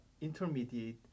intermediate